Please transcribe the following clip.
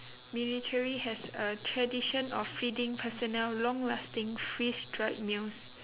military has a tradition of feeding personnel long lasting freeze dried meals